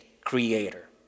creator